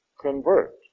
convert